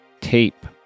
tape